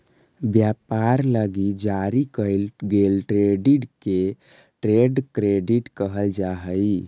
व्यापार लगी जारी कईल गेल क्रेडिट के ट्रेड क्रेडिट कहल जा हई